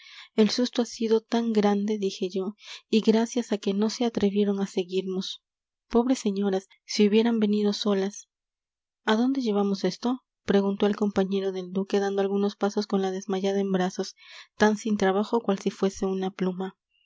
el susto ha sido tan grande dije yo y gracias a que no se atrevieron a seguirnos pobres señoras si hubieran venido solas a dónde llevamos esto preguntó el compañero del duque dando algunos pasos con la desmayada en brazos tan sin trabajo cual si fuese una pluma